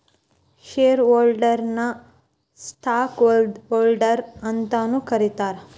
share ಹೋಲ್ಡರ್ನ ನ stock holder ಅಂತಾನೂ ಕರೇತಾರ